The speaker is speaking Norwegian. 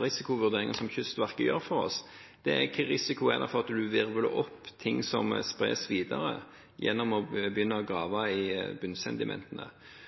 risikovurderingen som Kystverket gjør for oss, dreier seg om hvilken risiko det er for at man virvler opp ting som spres videre gjennom å begynne å grave i bunnsedimentene.